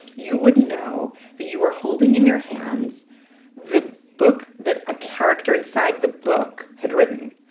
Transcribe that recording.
you would know that you were holding in your hands the book that a character inside the book had written.